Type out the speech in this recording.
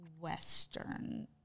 western